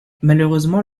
malheureusement